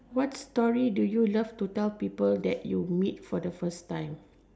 what story do you love to tell people that you meet for the first time